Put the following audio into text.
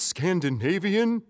Scandinavian